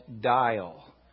dial